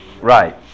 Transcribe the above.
right